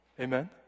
Amen